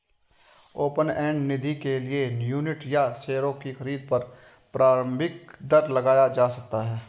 open end निधि के लिए यूनिट या शेयरों की खरीद पर प्रारम्भिक दर लगाया जा सकता है